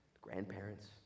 grandparents